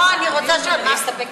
לא, אני רוצה, מה, אסתפק